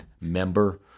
member